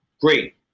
Great